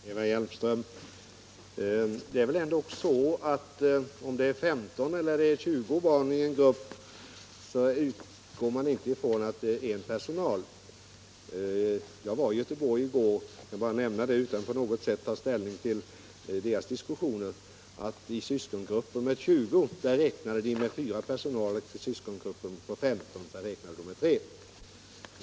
Herr talman! Det är väl ändock så, Eva Hjelmström, att vare sig det är 15 eller 20 barn i en grupp så utgår man inte ifrån att ett daghem har endast en anställd. Jag var i Göteborg i går och vill bara nämna, utan att på något sätt ta ställning till de diskussioner man för där, att i syskongrupper med 20 barn räknade man med personalantalet fyra, och i syskongrupper med 15 barn räknade man med tre.